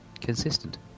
consistent